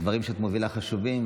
הדברים שאת מובילה חשובים,